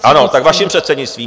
Ano, tak vaším předsednictvím.